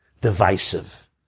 divisive